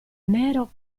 nero